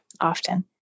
often